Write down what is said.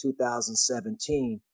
2017